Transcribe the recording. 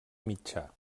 mitjà